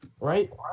right